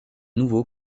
nouveau